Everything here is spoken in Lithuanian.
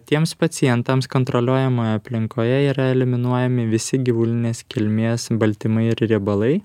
tiems pacientams kontroliuojamoje aplinkoje yra eliminuojami visi gyvulinės kilmės baltymai ir riebalai